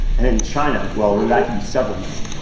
and in china, well, that could be several million.